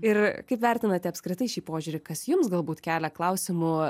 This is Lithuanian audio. ir kaip vertinate apskritai šį požiūrį kas jums galbūt kelia klausimų